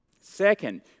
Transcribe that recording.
Second